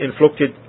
inflicted